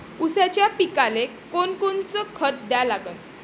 ऊसाच्या पिकाले कोनकोनचं खत द्या लागन?